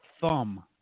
thumb